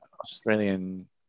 Australian